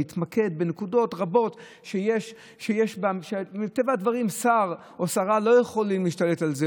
להתמקד בנקודות רבות שמטבע הדברים שר או שרה לא יכולים להשתלט על זה,